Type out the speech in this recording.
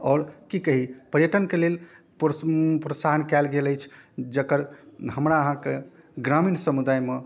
आओर कि कही पर्यटनके लेल प्रो प्रोत्साहन कएल गेल अछि जकर हमरा अहाँके ग्रामीण समुदायमे